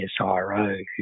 CSIRO